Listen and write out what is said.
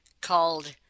called